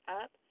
up